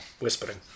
whispering